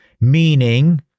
meaning